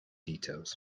details